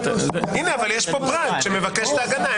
זה נושא הקניין הרוחני והפטנטים.